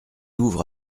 ouvre